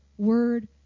Word